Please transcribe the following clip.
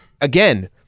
Again